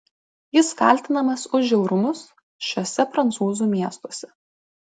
jis kaltinamas už žiaurumus šiuose prancūzų miestuose